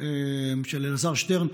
של אלעזר שטרן,